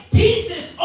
pieces